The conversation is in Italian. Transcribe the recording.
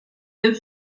del